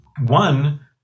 One